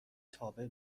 تابع